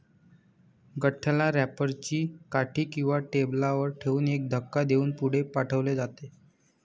गठ्ठ्याला रॅपर ची काठी किंवा टेबलावर ठेवून एक धक्का देऊन पुढे पाठवले जाते